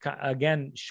again